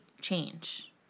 change